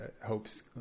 hopes